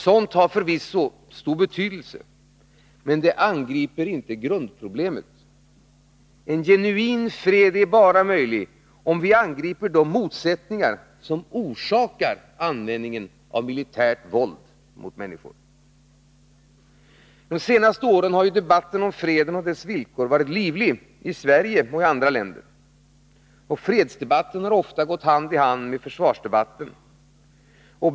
Sådant har förvisso stor betydelse, men det angriper inte grundproblemet. En genuin fred är bara möjlig om vi angriper de motsättningar som orsakar användningen av militärt våld mot människor. De senaste åren har debatten om freden och dess villkor varit livlig i Sverige och i andra länder. Fredsdebatten har ofta gått hand i hand med försvarsdebatten.